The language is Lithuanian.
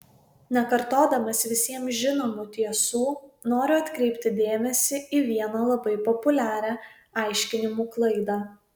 nekartodamas visiems žinomų tiesų noriu atkreipti dėmesį į vieną labai populiarią aiškinimų klaidą